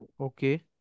Okay